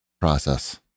process